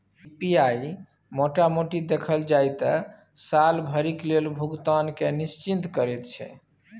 PPI मोटा मोटी देखल जाइ त साल भरिक लेल भुगतान केँ निश्चिंत करैत छै